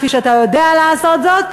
כפי שאתה יודע לעשות זאת,